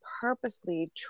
purposely